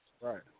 Right